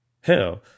Hell